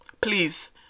please